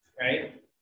right